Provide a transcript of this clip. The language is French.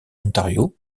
ontario